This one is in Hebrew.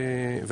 במקומות אחרים.